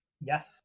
Yes